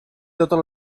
totes